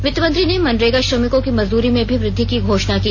वित्तमंत्री ने मनरेगा श्रमिकों की मजदूरी में भी वृद्धि की घोषणा की